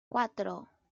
cuatro